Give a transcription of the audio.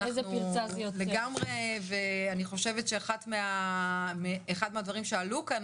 אנחנו לגמרי ואני חושבת שאחד מהדברים שעלו כאן